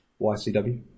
YCW